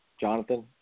Jonathan